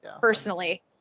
personally